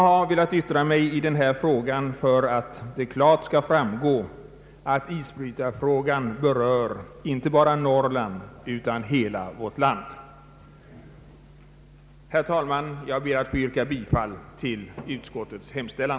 Med mitt inlägg i debatten har jag velat understryka att isbrytarfrågan berör inte bara Norrland utan hela vårt land. Herr talman! Jag ber att få yrka bifall till utskottets hemställan.